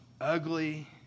ugly